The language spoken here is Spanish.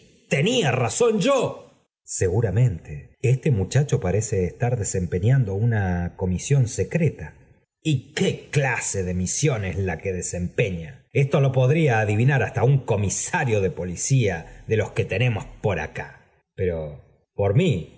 tenía razón yo seguramente este muchacho parece estar desempeñando una comisión secreta fp y qué clase de misión es la que desempeña esto lo podría adivinar hasta un comisario de porfióla de loa que tenemos por acá pero por mí